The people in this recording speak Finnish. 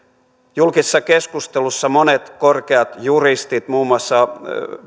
julkisessa keskustelussa monet korkeat juristit muun muassa